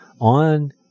on